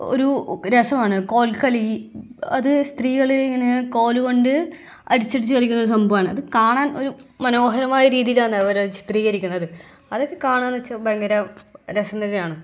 ഒരു രസമാണ് കോൽക്കളി അത് സ്ത്രീകൾ ഇങ്ങനെ കോലുകൊണ്ട് അടിച്ചടിച്ച് കളിക്കുന്നൊരു സംഭവമാണ് അത് കാണാൻ ഒരു മനോഹരമായ രീതിയിലാണ് അവരത് ചിത്രീകരിക്കുന്നത് അതൊക്കെ കാണാമെന്ന് വെച്ചാൽ ഭയങ്കര രസം തന്നെയാണ്